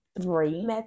three